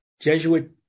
Jesuit